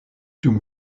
dum